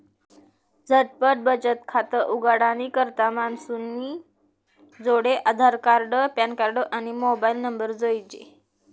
झटपट बचत खातं उघाडानी करता मानूसनी जोडे आधारकार्ड, पॅनकार्ड, आणि मोबाईल नंबर जोइजे